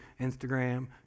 Instagram